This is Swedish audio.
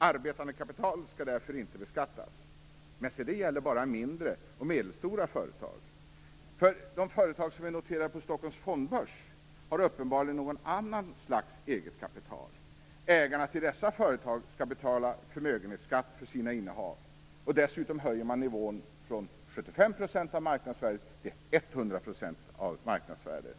Arbetande kapital skall därför inte beskattas, men se det gäller bara mindre och medelstora företag. De företag som är noterade på Stockholms Fondbörs har uppenbarligen något annat slags eget kapital. Ägarna till dessa företag skall betala förmögenhetsskatt för sina innehav, och dessutom höjer man nivån från 75 % av marknadsvärdet till 100 % av marknadsvärdet.